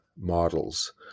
models